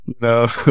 no